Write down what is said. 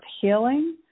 healing